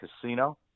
casino